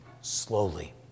slowly